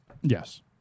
Yes